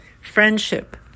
friendship